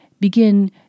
begin